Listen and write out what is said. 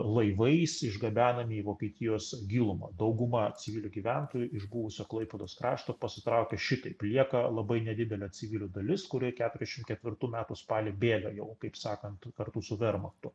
laivais išgabenami į vokietijos gilumą dauguma civilių gyventojų iš buvusio klaipėdos krašto pasitraukė šitaip lieka labai nedidelė civilių dalis kurie keturiašim ketvirtų metų spalį bėga jau kaip sakant kartu su vermachtu